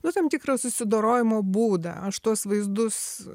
nu tam tikrą susidorojimo būdą aš tuos vaizdus